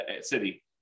city